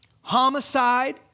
homicide